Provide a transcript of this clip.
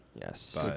Yes